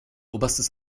oberstes